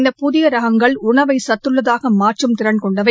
இந்த புதிய ரகங்கள் உணவை சத்துள்ளதாக மாற்றும் திறன் கொண்டவை